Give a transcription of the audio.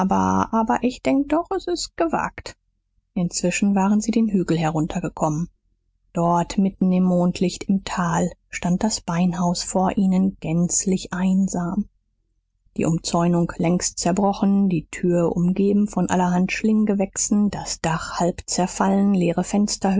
aber ich denk doch s ist gewagt inzwischen waren sie den hügel hinuntergekommen dort mitten im mondlicht im tal stand das beinhaus vor ihnen gänzlich einsam die umzäunung längst zerbrochen die tür umgeben von allerhand schlinggewächsen das dach halb zerfallen leere